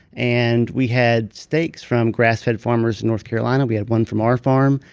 and we had steaks from grass-fed farmers in north carolina, we had one from our farm,